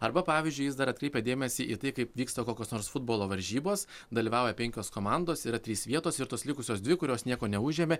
arba pavyzdžiui jis dar atkreipia dėmesį į tai kaip vyksta kokios nors futbolo varžybos dalyvauja penkios komandos yra trys vietos ir tos likusios dvi kurios nieko neužėmė